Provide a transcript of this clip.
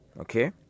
okay